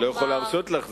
אני לא יכול להרשות לך,